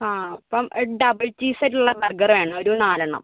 ആ അപ്പം double cheese ആയിട്ടുള്ള ബർഗറ് വേണം ഒരു നാല് എണ്ണം